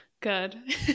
Good